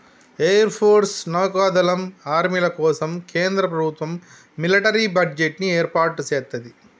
air force, నౌకా దళం, ఆర్మీల కోసం కేంద్ర ప్రభుత్వం మిలిటరీ బడ్జెట్ ని ఏర్పాటు సేత్తది